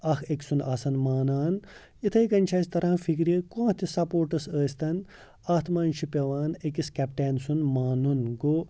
اَکھ أکۍ سُنٛد آسَن مانان اِتھے کٔنۍ چھُ اَسہِ تَران فِکرِ کانٛہہ تہِ سپوٹٕس ٲسۍ تَن اَتھ مَنٛز چھُ پیٚوان أکِس کیٚپٹین سُنٛد مانُن گوٚو